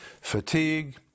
fatigue